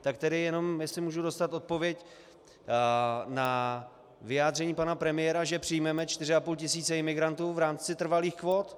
Tak tedy jenom jestli můžu dostat odpověď na vyjádření pana premiéra, že přijmeme 4,5 tisíce imigrantů v rámci trvalých kvót.